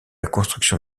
construction